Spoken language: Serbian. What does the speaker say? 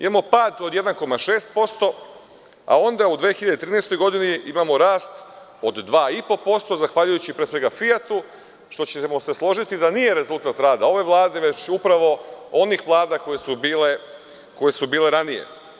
Imamo pad od 1,6%, a onda u 2013. godini imamo rast od 2,5% zahvaljujući pre svega „Fijatu“, što ćemo se složiti da nije rezultat rada ove vlade, već upravo onih vlada koje su bile ranije.